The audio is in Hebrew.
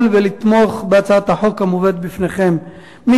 ולתמוך בהצעת החוק המובאת בפניכם היום.